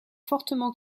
fortement